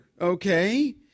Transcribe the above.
okay